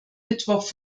mittwoch